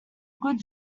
good